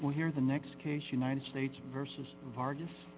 well here the next case united states versus vargas